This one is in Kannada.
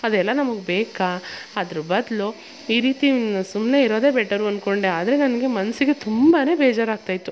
ಅದೆಲ್ಲ ನಮಗೆ ಬೇಕಾ ಅದ್ರ ಬದಲು ಈ ರೀತಿ ಸುಮ್ಮನೆ ಇರೋದೆ ಬೆಟರು ಅಂದ್ಕೊಂಡೆ ನನಗೆ ಮನಸಿಗೆ ತುಂಬ ಬೇಜಾರಾಗ್ತಾ ಇತ್ತು